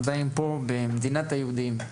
עדיין פה במדינת היהודים,